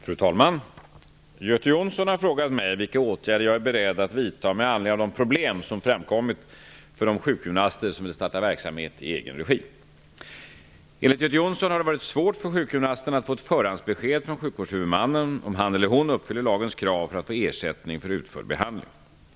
Fru talman! Göte Jonsson har frågat mig vilka åtgärder jag är beredd att vidta med anledning av de problem som framkommit för de sjukgymnaster som vill starta verksamhet i egen regi. Enligt Göte Jonsson har det varit svårt för sjukgymnasten att få ett förhandsbesked från sjukvårdshuvudmannen om han eller hon uppfyller lagens krav för att få ersättning för utförd behandling.